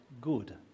good